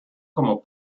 como